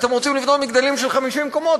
אתם רוצים לבנות מגדלים של 50 קומות,